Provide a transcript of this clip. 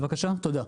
תודה.